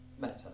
matter